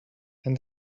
and